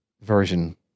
version